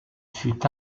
fut